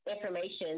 information